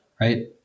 right